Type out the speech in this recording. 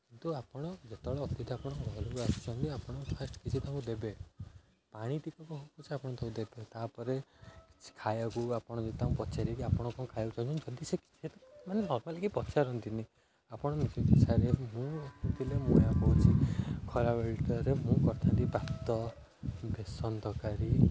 ତ ଆପଣ ଯେତେବେଳେ ଅତିଥି ଆପଣ ଘରକୁ ଆସୁଛନ୍ତି ଆପଣ ଫାଷ୍ଟ୍ କିଛି ତାଙ୍କୁ ଦେବେ ପାଣି ଟିକକ ହେଉ ପଛେ ଆପଣ ତାଙ୍କୁ ଦେବେ ତା'ପରେ କିଛି ଖାଇବାକୁ ଆପଣ ତାଙ୍କୁ ପଚାରିକି ଆପଣ କ'ଣ ଖାଇବାକୁ ଚାହୁଁଛନ୍ତି ଯଦି ସେ ମାନେ ନର୍ମାଲି କେହି ପଚାରନ୍ତିନି ଆପଣ ସାରେ ମୁଁ ଥିଲେ ମୁଁ ଏହା କହୁଛି ଖରାବେଳଟାରେ ମୁଁ କରିଥାନ୍ତି ଭାତ ବେସନ ତରକାରୀ